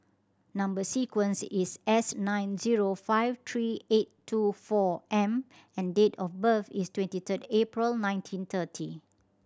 number sequence is S nine zero five three eight two four M and date of birth is twenty third April nineteen thirty